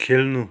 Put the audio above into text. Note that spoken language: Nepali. खेल्नु